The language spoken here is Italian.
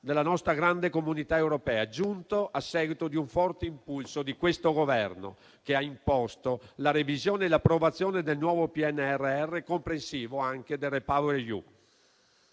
nella nostra grande comunità europea, giunto a seguito di un forte impulso di questo Governo, che ha imposto la revisione e l'approvazione del nuovo PNRR, comprensivo anche del REPowerEU.